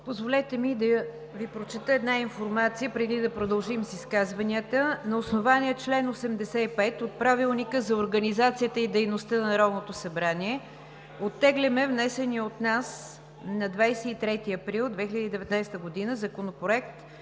Позволете ми да Ви прочета една информация, преди да продължим с изказванията: „На основание чл. 85 от Правилника за организацията и дейността на Народното събрание оттегляме внесения от нас на 23 април 2019 г. Законопроект